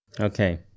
Okay